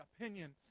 opinion